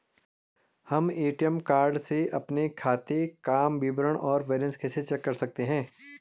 हम ATM card से अपने खाते काम विवरण और बैलेंस कैसे चेक कर सकते हैं?